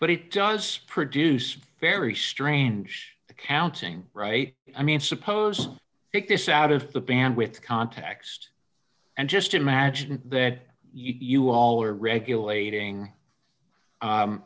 but it does produce very strange accounting right i mean suppose take this out of the bandwidth context and just imagine that you all are regulating